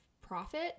profit